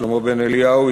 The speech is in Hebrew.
שלמה בן-אליהו,